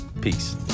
Peace